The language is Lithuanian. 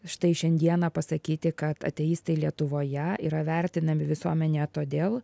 štai šiandieną pasakyti kad ateistai lietuvoje yra vertinami visuomenėje todėl